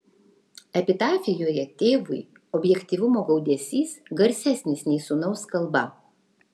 epitafijoje tėvui objektyvumo gaudesys garsesnis nei sūnaus kalba